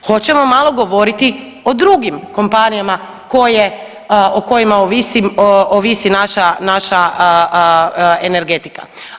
Hoćemo malo govoriti o drugim kompanijama o kojima ovisi naša energetika.